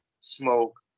smoke